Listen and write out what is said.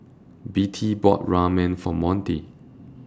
Bettie bought Ramen For Monty